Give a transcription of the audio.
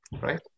Right